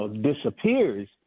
disappears